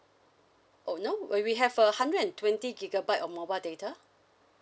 oh no well we have a hundred and twenty gigabyte of mobile data